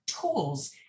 tools